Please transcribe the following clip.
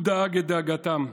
הוא דאג את דאגתם,